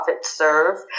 serve